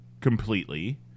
completely